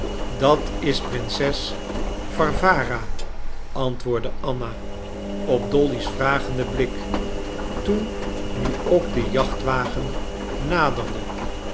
dat is prinses warwara antwoordde anna op dolly's vragenden blik toen nu ook de jachtwagen naderde